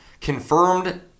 Confirmed